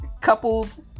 couples